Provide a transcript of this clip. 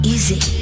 Easy